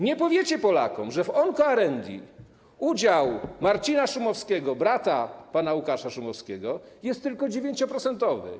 Nie powiecie Polakom, że w OncoArendi udział Marcina Szumowskiego, brata pana Łukasza Szumowskiego, jest tylko 9-procentowy.